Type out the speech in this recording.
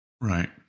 Right